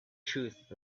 truth